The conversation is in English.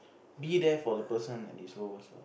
be there for the person at his lowest time